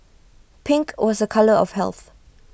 pink was A colour of health